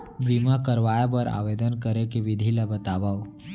बीमा करवाय बर आवेदन करे के विधि ल बतावव?